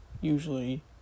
Usually